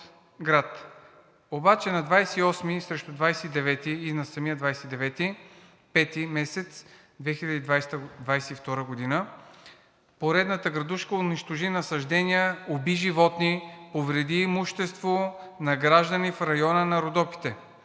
Обаче на 28-и срещу 29-и, а и на самия 29 май 2022 г., поредната градушка унищожи насаждения, уби животни, повреди имущество на граждани в района на Родопите.